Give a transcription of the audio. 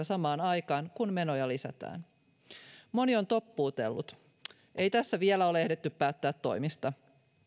samaan aikaan kun menoja lisätään moni on toppuutellut että ei tässä vielä ole ehditty päättää toimista